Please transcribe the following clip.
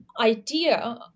idea